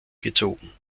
gezogen